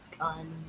on